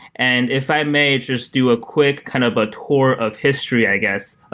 and if i may just do a quick kind of a tour of history, i guess,